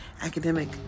academic